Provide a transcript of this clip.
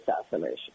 assassination